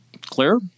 Clear